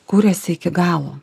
kuriasi iki galo